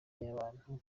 y’abantu